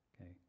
okay